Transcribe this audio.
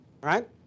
right